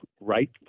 right